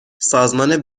سازمان